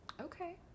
Okay